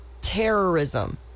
terrorism